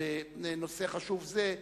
בנושא חשוב זה,